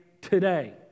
today